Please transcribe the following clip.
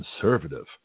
conservative